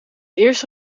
eerste